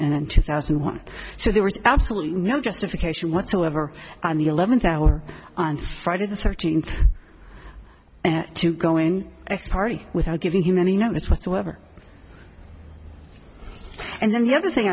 and two thousand and one so there was absolutely no justification whatsoever on the eleventh hour on friday the thirteenth to go in x party without giving him any notice whatsoever and then the other thing